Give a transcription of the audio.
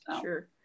sure